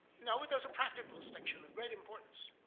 no, but there's a practical distinction of great importance.